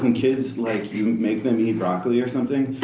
and kids, like you make them eat broccoli or something,